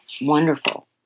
wonderful